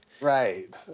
Right